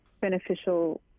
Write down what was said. beneficial